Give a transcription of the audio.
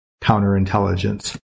Counterintelligence